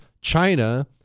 China